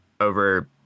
over